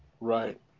Right